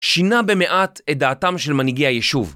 שינה במעט את דעתם של מנהיגי היישוב